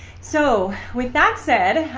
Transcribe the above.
so with that said,